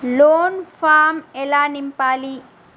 Loan form ఎలా నింపాలి?